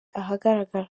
ahagaragara